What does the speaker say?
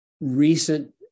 recent